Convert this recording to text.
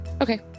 Okay